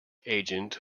agent